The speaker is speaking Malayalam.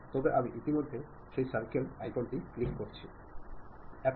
ഞാൻ പറഞ്ഞതുപോലെ നമ്മൾ ആശയവിനിമയം നടത്താത്ത ഒരു നിമിഷവുമില്ലെന്ന് നിങ്ങൾ ചിന്തിക്കണം